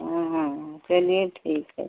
हाँ चलिए ठीक है फिर